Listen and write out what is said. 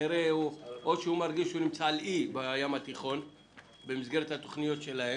או שהוא מרגיש שהוא נמצא על אי בים התיכון במסגרת התוכניות שלו